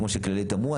כמו שכללית אמרו,